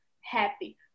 happy